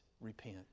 repent